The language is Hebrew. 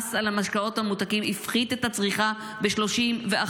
המס על המשקאות הממותקים הפחית את הצריכה ב-31%.